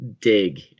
dig